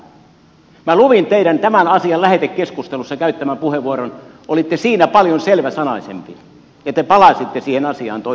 minä luin teidän tämän asian lähetekeskustelussa käyttämänne puheenvuoron olitte siinä paljon selväsanaisempi ja te palasitte siihen asiaan toisen kerran